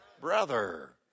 brother